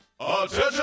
Attention